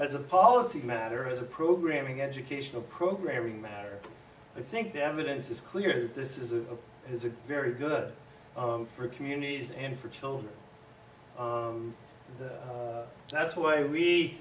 as a policy matter as a programming educational programming matter i think the evidence is clear that this is a has a very good for communities and for children that's why we